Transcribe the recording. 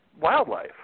wildlife